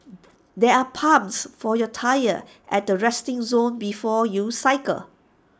there are pumps for your tyres at the resting zone before you cycle